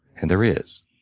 and there is.